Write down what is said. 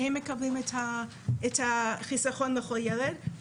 שהם מקבלים את החיסכון לכל ילד.